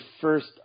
first